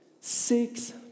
six